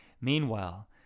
Meanwhile